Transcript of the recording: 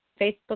Facebook